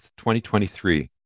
2023